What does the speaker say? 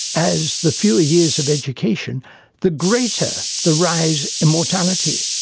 as the fewer years of education the greater the rise in mortality.